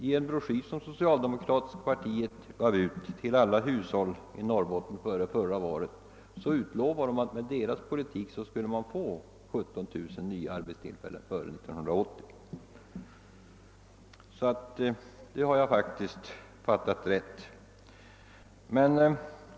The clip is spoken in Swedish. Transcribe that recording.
I en broschyr, som det socialdemokratiska partiet delade ut till alla hushåll i Norrbotten före förra valet, utlovade socialdemokraterna att det med deras politik skulle skapas 17000 nya arbetstillfällen före 1980. Det löftet har jag faktiskt fattat rätt.